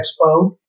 Expo